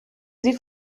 sie